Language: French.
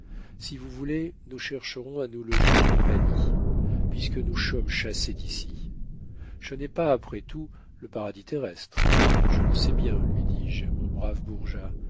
si vous voulez nous chercherons à nous loger de compagnie puisque nous chommes chassés d'ici che n'est pas après tout le paradis terrestre je le sais bien lui dis-je mon brave